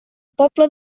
pobla